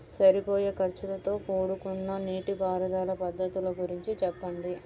సరిపోయే ఖర్చుతో కూడుకున్న నీటిపారుదల పద్ధతుల గురించి చెప్పండి?